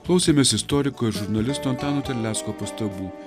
klausėmės istoriko ir žurnalisto antano terlecko pastabų